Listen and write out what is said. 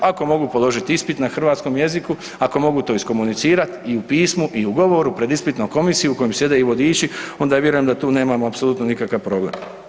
Ako mogu položiti ispit na hrvatskom jeziku, ako mogu to iskomunicirati i u pismu i u govoru pred ispitnom komisijom u kojem sjede i vodiči onda vjerujem da tu nemamo apsolutno nikakav problem.